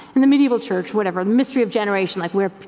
in the medieval church, whatever, the mystery of generation, like we're.